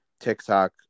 TikTok